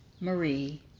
Marie